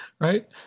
Right